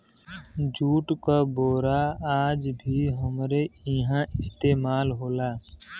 jute क बोरा आज भी हमरे इहां इस्तेमाल होला